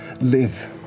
live